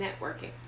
networking